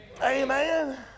amen